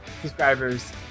subscribers